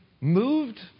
moved